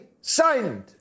signed